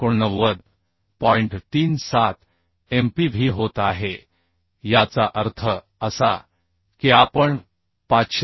37 Mpv होत आहे याचा अर्थ असा की आपण 539